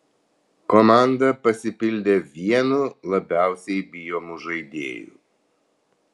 komanda pasipildė vienu labiausiai bijomų žaidėjų